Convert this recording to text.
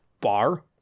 bar